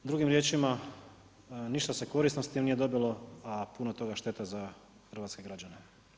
Drugim riječima, ništa se korisno s tim nije dobilo, a puno toga šteta za hrvatske građane.